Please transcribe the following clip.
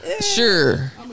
Sure